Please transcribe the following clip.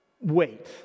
wait